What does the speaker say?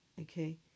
Okay